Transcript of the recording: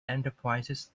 enterprises